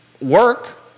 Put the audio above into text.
work